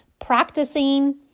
practicing